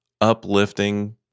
uplifting